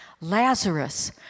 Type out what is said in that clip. Lazarus